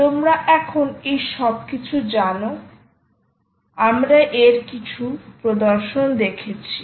তোমরা এখন এই সব কিছু জানো আমরা এর কিছু প্রদর্শন দেখেছি